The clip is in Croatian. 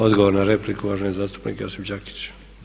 Odgovor na repliku uvaženi zastupnik Josip Đakić.